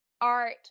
art